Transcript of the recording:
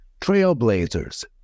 trailblazers